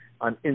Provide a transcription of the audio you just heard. on